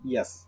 Yes